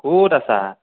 ক'ত আছা